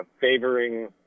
favoring